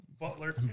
Butler